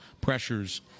pressures